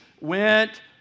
went